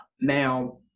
Now